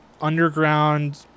underground